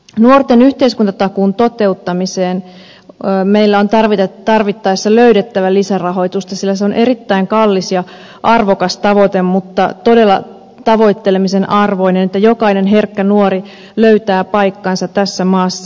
nuorten yhteiskuntatakuun toteuttamiseen meillä on tarvittaessa löydettävä lisärahoitusta sillä se on erittäin kallis ja arvokas tavoite mutta todella tavoittelemisen arvoinen että jokainen herkkä nuori löytää paikkansa tässä maassa